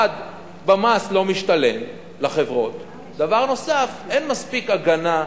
במס, לא משתלם לחברות, דבר נוסף, אין מספיק הגנה.